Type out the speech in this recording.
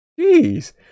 Jeez